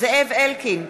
זאב אלקין,